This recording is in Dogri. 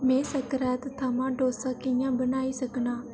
में स्क्रात थमां डोसा कि'यां बनाई सकनां